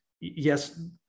yes